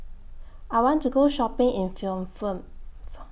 I want to Go Shopping in Phnom Penh